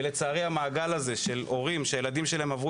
ולצערי המעגל הזה של הורים שהילדים שלהם עברו